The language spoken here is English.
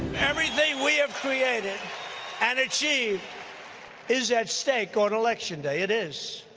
everything we have created and achieved is at stake on election day. it is.